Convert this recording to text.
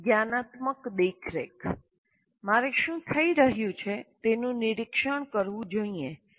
જ્ઞાનાત્મક દેખરેખ મારે શું થઈ રહ્યું છે તેનું નિરીક્ષણ કરવું જોઈએ